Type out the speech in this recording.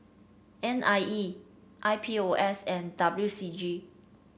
N I E I P O S and W C G